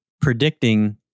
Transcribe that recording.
predicting